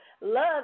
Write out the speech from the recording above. Love